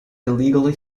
illegally